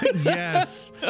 Yes